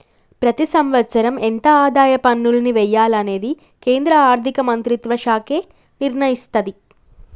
ప్రతి సంవత్సరం ఎంత ఆదాయ పన్నుల్ని వెయ్యాలనేది కేంద్ర ఆర్ధిక మంత్రిత్వ శాఖే నిర్ణయిత్తది